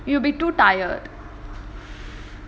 you'll be too tired